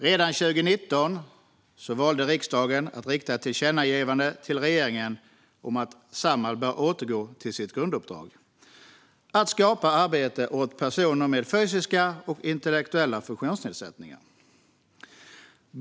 Redan 2019 valde riksdagen att rikta ett tillkännagivande till regeringen om att Samhall bör återgå till sitt grunduppdrag: att skapa arbete åt personer med fysiska och intellektuella funktionsnedsättningar.